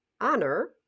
Honor